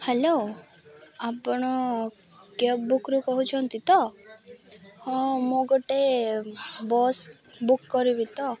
hello ଆପଣ cab ବୁକ୍ରୁ କହୁଛନ୍ତି ତ ହଁ ମୁଁ ଗୋଟେ ବସ୍ ବୁକ୍ କରିବି ତ